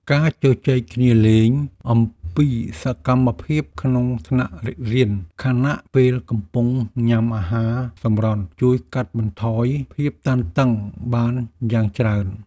ការជជែកគ្នាលេងអំពីសកម្មភាពក្នុងថ្នាក់រៀនខណៈពេលកំពុងញ៉ាំអាហារសម្រន់ជួយកាត់បន្ថយភាពតានតឹងបានយ៉ាងច្រើន។